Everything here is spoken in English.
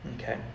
Okay